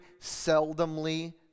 seldomly